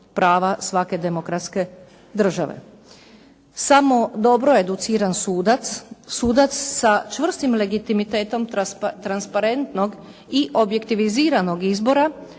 prava svake demokratske države. Samo dobro educiran sudac, sudac sa čvrstim legitimitetom transparentnog i objektiviziranog izbora,